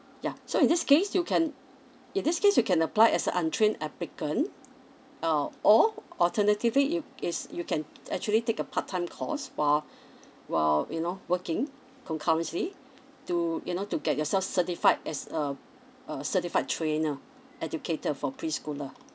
yeah so in this case you can in this case you can apply as a untrained applicant uh or alternatively you is you can actually take a part time course while while you know working concurrently to you know to get yourself certified as a a certified trainer educator for preschooler